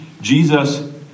Jesus